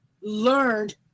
learned